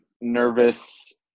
nervous